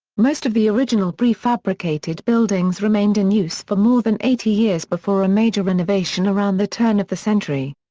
most of the original pre-fabricated buildings remained in use for more than eighty years before a major renovation around the turn of the century.